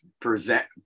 present